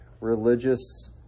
religious